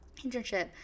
internship